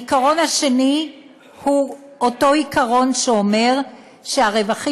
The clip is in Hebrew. העיקרון השני הוא אותו עיקרון שאומר שהרווחים